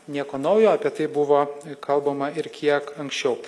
nieko naujo apie tai buvo kalbama ir kiek anksčiau